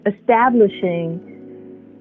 establishing